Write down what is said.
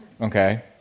okay